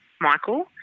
Michael